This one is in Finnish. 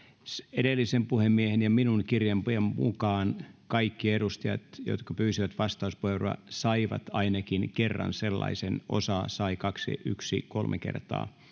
edellisen puhemiehen ja minun kirjanpitoni mukaan kaikki edustajat jotka pyysivät vastauspuheenvuoroa saivat ainakin kerran sellaisen osa sai kaksi yksi sai kolme kertaa